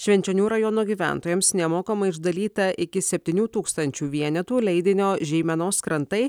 švenčionių rajono gyventojams nemokamai išdalyta iki septynių tūkstančių vienetų leidinio žeimenos krantai